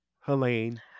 Helene